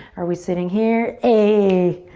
are we sitting here? ey!